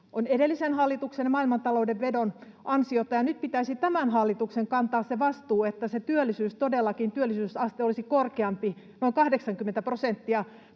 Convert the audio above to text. on edellisen hallituksen maailmantalouden vedon ansiota, ja nyt pitäisi tämän hallituksen kantaa se vastuu, että se työllisyysaste todellakin olisi korkeampi, noin 80 prosenttia,